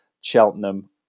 Cheltenham